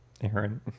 Aaron